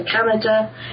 Canada